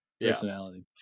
personality